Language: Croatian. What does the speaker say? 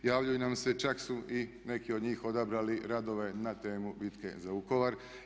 Javljaju nam se čak su i neki od njih odabrali radove na temu "Bitka za Vukovar"